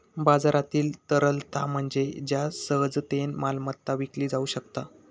बाजारातील तरलता म्हणजे ज्या सहजतेन मालमत्ता विकली जाउ शकता